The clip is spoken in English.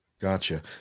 Gotcha